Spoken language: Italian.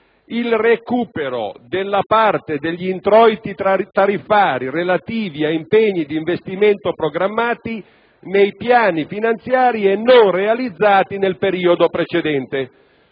il recupero della parte degli introiti tariffari relativi a impegni di investimento programmati nei piani finanziari e non realizzati nel periodo precedente.